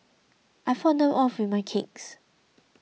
I fought them off with my kicks